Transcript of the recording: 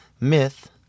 myth